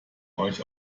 euch